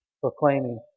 proclaiming